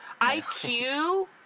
IQ